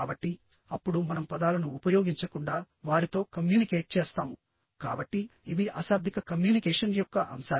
కాబట్టి అప్పుడు మనం పదాలను ఉపయోగించకుండా వారితో కమ్యూనికేట్ చేస్తాము కాబట్టి ఇవి అశాబ్దిక కమ్యూనికేషన్ యొక్క అంశాలు